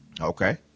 Okay